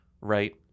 right